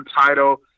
title